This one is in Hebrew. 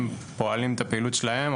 הם פועלים את הפעילות שלהם.